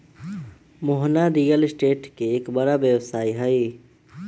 Mohana real estate के एक बड़ा व्यवसायी हई